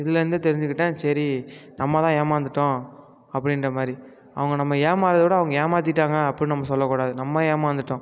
இதுலேருந்தே தெரிஞ்சுக்கிட்டேன் சரி நம்மதான் ஏமாந்துட்டோம் அப்படின்ற மாதிரி அவங்க நம்ம ஏமாந்ததை விட அவங்க ஏமாற்றிட்டாங்க அப்புடின்னு நம்ம சொல்ல கூடாது நம்ம ஏமாந்துட்டோம்